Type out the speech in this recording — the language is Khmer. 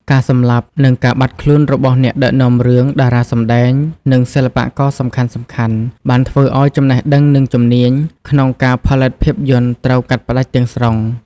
ការសម្លាប់ និងការបាត់ខ្លួនរបស់អ្នកដឹកនាំរឿង តារាសម្តែង និងសិល្បករសំខាន់ៗបានធ្វើឲ្យ ចំណេះដឹង និងជំនាញ ក្នុងការផលិតភាពយន្តត្រូវកាត់ផ្តាច់ទាំងស្រុង។